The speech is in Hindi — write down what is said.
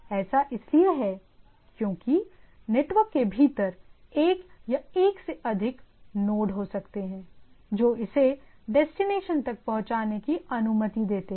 ऐसा इसलिए है क्योंकि नेटवर्क के भीतर एक या एक से अधिक नोड हो सकते हैं जो इसे डेस्टिनेशन तक पहुंचाने की अनुमति देते है